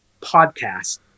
podcast